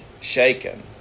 shaken